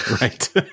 Right